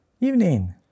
evening